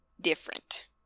different